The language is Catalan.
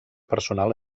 personal